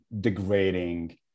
degrading